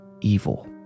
Evil